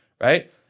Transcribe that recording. right